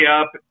up